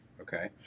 Okay